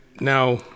Now